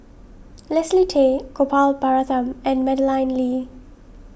Leslie Tay Gopal Baratham and Madeleine Lee